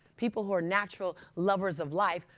people who are natural lovers of life,